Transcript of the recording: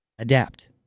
Adapt